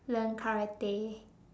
learn karate